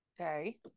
okay